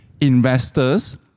investors